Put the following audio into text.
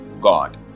God